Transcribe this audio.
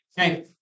Okay